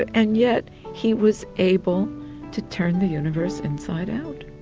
but and yet he was able to turn the universe inside out.